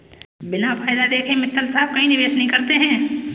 बिना फायदा देखे मित्तल साहब कहीं निवेश नहीं करते हैं